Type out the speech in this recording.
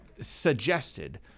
suggested